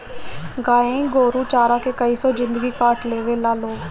गाय गोरु चारा के कइसो जिन्दगी काट लेवे ला लोग